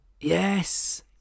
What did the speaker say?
yes